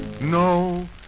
No